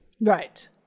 Right